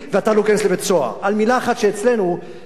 על מלה אחת שאצלנו זה כבר דבר שבשגרה.